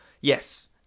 Yes